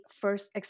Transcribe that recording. first